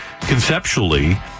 conceptually